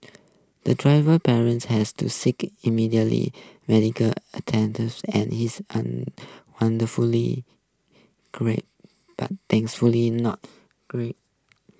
the driver parents has to seek immediately medical and is wonderfully great but thankfully not great